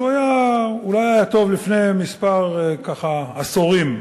שהיה אולי טוב לפני כמה עשורים,